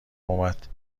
اومد